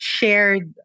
Shared